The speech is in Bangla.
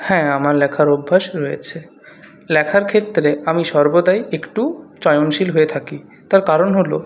হ্যাঁ আমার লেখার অভ্যাস রয়েছে লেখার ক্ষেত্রে আমি সর্বদাই একটু চয়নশীল হয়ে থাকি তার কারন হলো